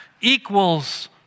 equals